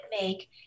make